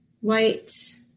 white